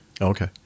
Okay